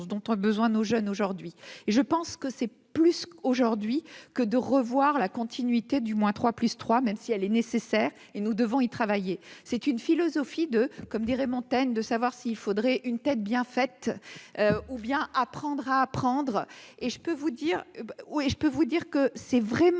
dont ont besoin nos jeunes aujourd'hui et je pense que c'est plus qu'aujourd'hui que de revoir la continuité du moins trois, plus trois, même si elle est nécessaire et nous devons y travailler, c'est une philosophie de comme dirait Montaigne de savoir si il faudrait une tête bien faite ou bien apprendre à apprendre et je peux vous dire oui, je peux